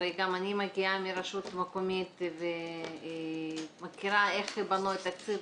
הרי גם אני מגיעה מרשות מקומית ומכירה איך בנוי תקציב,